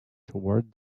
toward